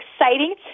exciting